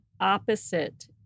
opposite